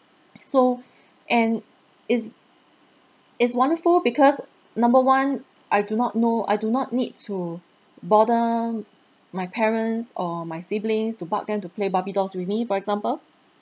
so and it's it's wonderful because number one I do not know I do not need to bother my parents or my siblings to bug them to play barbie dolls with me for example